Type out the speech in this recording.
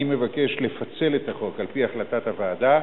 אני מבקש לפצל את החוק, על-פי החלטת הוועדה,